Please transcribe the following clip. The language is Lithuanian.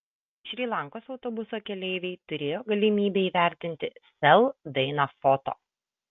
šri lankos autobuso keleiviai turėjo galimybę įvertinti sel dainą foto